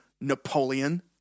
Napoleon